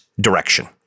direction